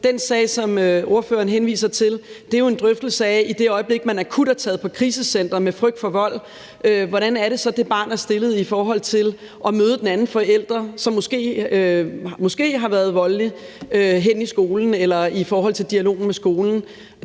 den sag, som ordføreren henviser til, er det jo en drøftelse af, hvordan det barn, i det øjeblik man akut er taget på krisecenter med frygt for vold, så er stillet i forhold til at møde den anden forælder, som måske har været voldelig, henne i skolen eller i forhold til dialogen med skolen.